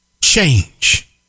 change